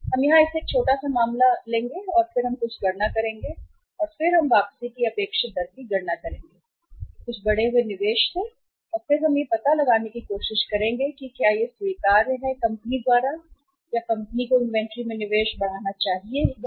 हम इसे यहां एक छोटा सा मामला करेंगे और फिर हम कुछ गणना करेंगे और फिर हम वापसी की अपेक्षित दर की गणना करेंगे कुछ बढ़े हुए निवेश से और फिर हम यह पता लगाने की कोशिश करेंगे कि क्या यह स्वीकार्य है कंपनी या नहीं या कंपनी को इन्वेंट्री में निवेश बढ़ाना चाहिए या नहीं